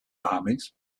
armies